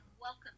Welcome